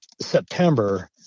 September